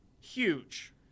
Huge